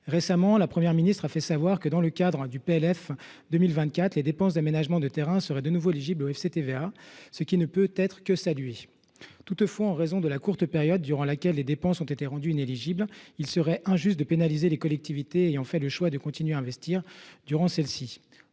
Récemment, la Première ministre a fait savoir que, dans le cadre du projet de loi de finances (PLF) 2024, les dépenses d’aménagement de terrains seraient de nouveau éligibles au FCTVA. Cela ne peut être que salué. Toutefois, en raison de la courte période durant laquelle les dépenses ont été rendues inéligibles, il serait injuste de pénaliser les collectivités ayant fait le choix de continuer à investir pendant celle ci.